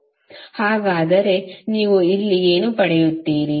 ಹಾಗಾದರೆ ನೀವು ಏನು ಪಡೆಯುತ್ತೀರಿ